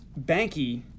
Banky